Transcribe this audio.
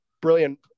brilliant